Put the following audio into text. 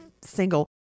single